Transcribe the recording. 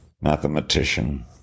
mathematician